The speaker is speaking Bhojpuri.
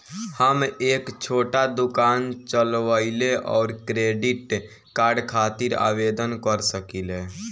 हम एक छोटा दुकान चलवइले और क्रेडिट कार्ड खातिर आवेदन कर सकिले?